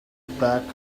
bag